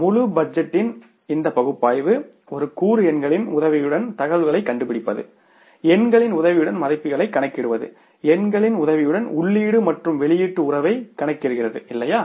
முழு பட்ஜெட்டின் இந்த பகுப்பாய்வு ஒரு கூறு எண்களின் உதவியுடன் தகவல்களைக் கண்டுபிடிப்பது எண்களின் உதவியுடன் மதிப்புகளைக் கணக்கிடுவது எண்களின் உதவியுடன் உள்ளீடு மற்றும் வெளியீட்டு உறவைக் கணக்கிடுகிறது இல்லையா